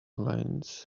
lanes